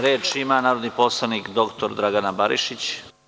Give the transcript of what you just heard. Reč ima narodni poslanik, dr Gordana Barišić.